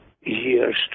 years